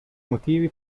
motivi